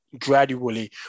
gradually